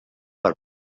per